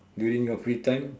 during your free time